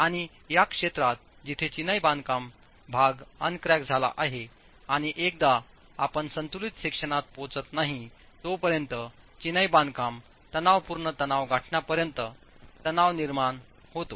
आणि या क्षेत्रात जिथे चिनाई बांधकाम भाग अन क्रॅक झाला आहे आणि एकदा आपण संतुलित सेक्शनात पोहोचत नाही तोपर्यंत चिनाई बांधकाम तणावपूर्ण तणाव गाठण्यापर्यंत तणाव निर्माण होतो